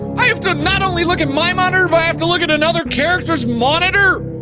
i have to not only look at my monitor, but i have to look at another character's monitor?